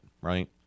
right